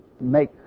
make